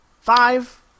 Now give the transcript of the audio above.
five